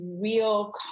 real